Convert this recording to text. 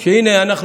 שהינה,